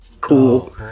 cool